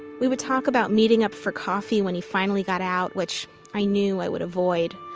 we would talk about meeting up for coffee when he finally got out, which i knew i would avoid.